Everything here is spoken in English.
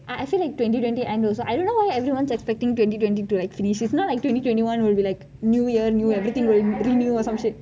I I feel like twenty twenty end also I don't know how everyone is expecting twenty twenty to like finish it is not like twenty twenty one will be like new yar new yar or some shit